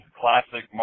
classic